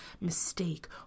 mistake